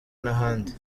n’ahandi